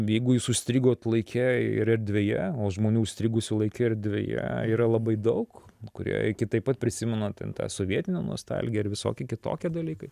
jeigu jus užstrigot laike ir erdvėje o žmonių užstrigusių laike erdvėje yra labai daug kurie iki taip pat prisimena ten tą sovietinę nostalgiją ir visokie kitokie dalykai